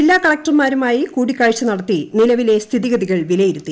ജില്ലാ കളക്ടർമാരുമായി കൂടിക്കാഴ്ച നടത്തി നില്ലവിലെ സ്ഥിതിഗതികൾ വിലയിരുത്തി